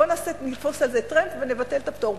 בואו נתפוס על זה טרמפ ונבטל את הפטור?